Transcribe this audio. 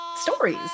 stories